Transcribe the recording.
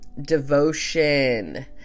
devotion